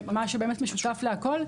מה שבאמת משותף להכל,